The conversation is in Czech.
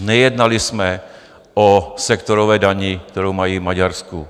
Nejednali jsme o sektorové dani, kterou mají v Maďarsku.